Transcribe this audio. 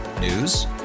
News